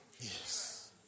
Yes